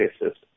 basis